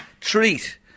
treat